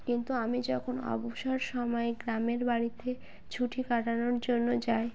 কিন্তু আমি যখন অবসর সময়ে গ্রামের বাড়িতে ছুটি কাটানোর জন্য যাই